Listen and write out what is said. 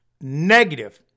Negative